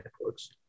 networks